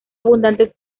abundantes